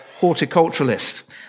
horticulturalist